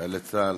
חיילי צה"ל,